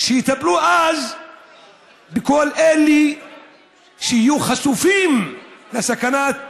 שיטפלו בכל אלה שיהיו חשופים לסכנת